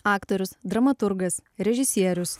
aktorius dramaturgas režisierius